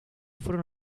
fueron